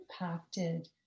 impacted